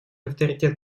авторитет